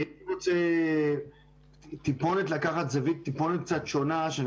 אני הייתי רוצה לקחת זווית טיפונת קצת שונה שאני